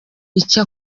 icyo